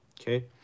okay